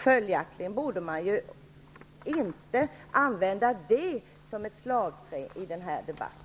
Följaktligen borde det inte användas som ett slagträ i denna debatt.